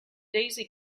daisy